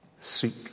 seek